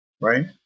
right